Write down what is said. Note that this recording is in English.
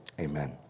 amen